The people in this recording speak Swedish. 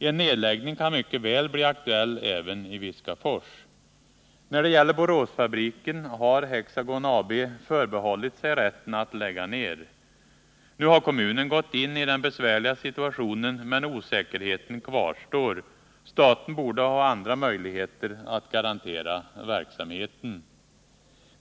En nedläggning kan mycket väl bli aktuell även i Viskafors. När det gäller Boråsfabriken har Hexagon AB förbehållit sig rätten att lägga ner. Nu har kommunen gått in i den besvärliga situationen, men osäkerheten kvarstår. Staten borde ha andra möjligheter att garantera verksamheten.